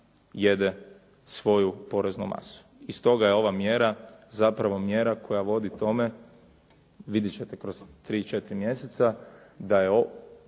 jede svoju poreznu masu. I stoga je ova mjera zapravo mjera koja vodi tome, vidjet ćete kroz 3, 4 mjeseca da su novi